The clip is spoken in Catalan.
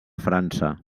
frança